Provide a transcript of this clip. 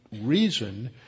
reason